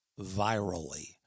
virally